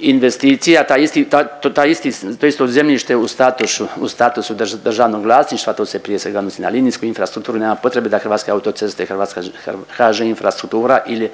investicija, ta isti, taj isti, to isto zemljište u statusu državnog vlasništva. To se prije svega odnosi na linijsku infrastrukturu. Nema potrebe da Hrvatske autoceste, HŽ Infrastruktura ili